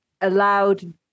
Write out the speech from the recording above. allowed